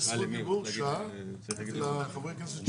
אנחנו לא רואים גם בהיבט הזה כל קושי משפטי.